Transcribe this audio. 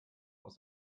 aus